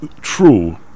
true